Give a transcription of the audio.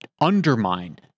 undermine